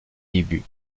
débuts